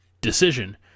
decision